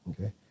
Okay